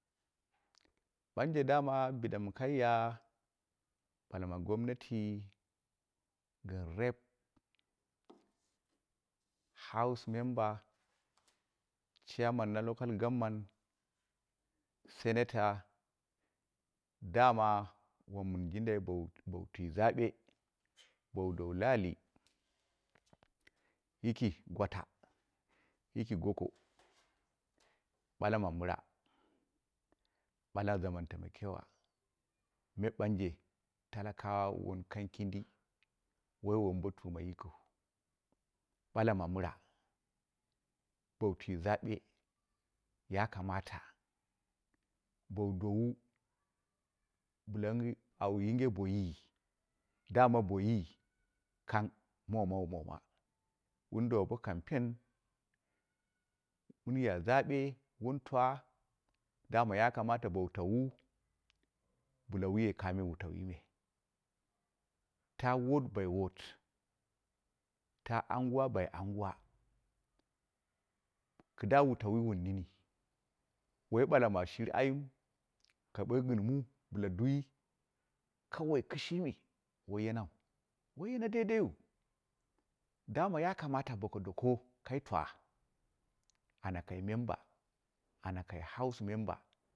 Ɓonje dama biɗa mi kai ya ɓala ma gomnati gɨn rep house member, chairman na loaal government, senator dama wom mɨn jindai bowu twi zabe bowu dowu laali yiki kwatoi yiki goko ɓala ma mɨra, ɓala zamartai makewa me ɓanje talakawa wun kang kindi woi wombotuma yikiu, ɓala ma mɨra, bowu twi zabe ya kamale bowu dowu bila mɨ au yinge boiyi daman boiyi kang mamawu moma wun dowa bo campaign mɨn ya zaɗe wuntwa daman ya kamatoi bowu tawu bɨla wu ye kamo wutauwi me ta word by word, ta anguwa by anguwa kɨdda wu tauwo wu nini woi ɓala ma shir ayim ka ɓoi gɨn mu bɨla duwi kawai kishimi woi yenau, woi yena deideiyu daman ya kamata boko doko kai twa anya kai member anya kai house member.